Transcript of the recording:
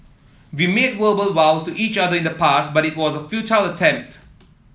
we made verbal vows to each other in the past but it was a futile attempt